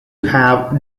have